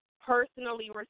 personally